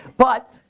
but,